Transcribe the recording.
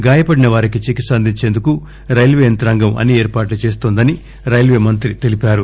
గాయపడిన వారికి చికిత్స అందించేందుకు రైల్వే యంత్రంగం అన్ని ఏర్పాట్లు చేస్తోందని రైల్వే మంత్రి తెలియజేశారు